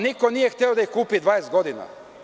Niko nije hteo da ih kupi 20 godina.